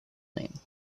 name